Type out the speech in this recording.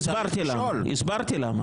הסברתי למה.